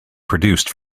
produced